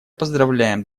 поздравляем